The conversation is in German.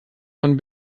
von